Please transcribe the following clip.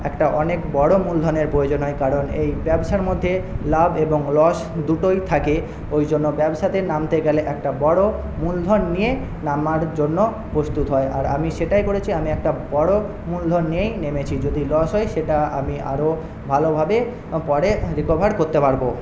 একটা অনেক বড়ো মূলধনের প্রয়োজনের হয় কারণ এই ব্যবসার মধ্যে লাভ এবং লস দুটোই থাকে ওইজন্য ব্যবসাতে নামতে গেলে একটা বড়ো মূলধন নিয়ে নামার জন্য প্রস্তুত হও আর আমি সেটাই করেছি আমি একটা বড়ো মূলধন নিয়েই নেমেছি যদি লস হয় সেটা আমি আরও ভালোভাবে পরে রিকভার করতে পারব